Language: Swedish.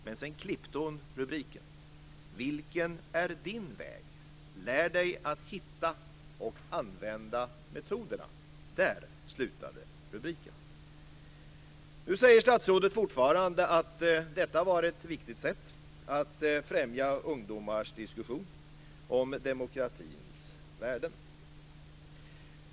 Men sedan klippte hon bort rubriken: Vilken är din väg - Lär dig att hitta och använda metoderna. Där slutade rubriken. Nu säger statsrådet fortfarande att detta var ett viktigt sätt att främja ungdomars diskussion om demokratins värden.